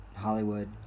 hollywood